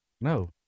No